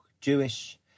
Jewish